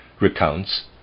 recounts